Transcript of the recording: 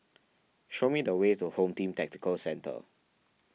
show me the way to Home Team Tactical Centre